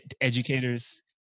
educators